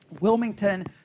Wilmington